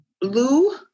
Blue